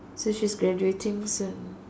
so she's graduating soon